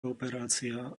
operácia